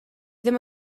ddim